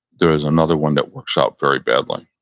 there's another one that works out very badly.